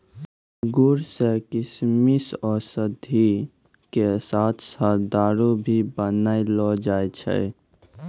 अंगूर सॅ किशमिश, औषधि के साथॅ साथॅ दारू भी बनैलो जाय छै